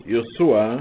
Yosua